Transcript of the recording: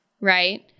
right